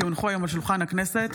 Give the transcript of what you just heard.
כי הונחו היום על שולחן הכנסת,